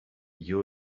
you